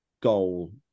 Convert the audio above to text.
goal